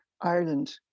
Ireland